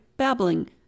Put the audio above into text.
babbling